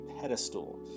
pedestal